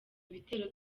ibitero